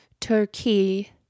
turkey